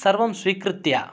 सर्वं स्वीकृत्य